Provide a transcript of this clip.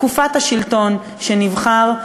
בתקופת השלטון שנבחר,